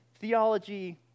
theology